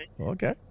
okay